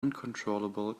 uncontrollable